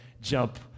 jump